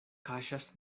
kaŝas